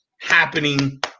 happening